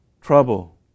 trouble